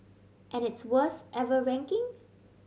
and its worst ever ranking